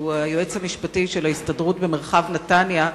שהוא היועץ המשפטי של ההסתדרות במרחב נתניה,